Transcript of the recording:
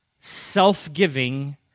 self-giving